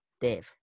dave